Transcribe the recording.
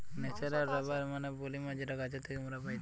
natural rubber মানে polymer যেটা গাছের থেকে মোরা পাইটি